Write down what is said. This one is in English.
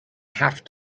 have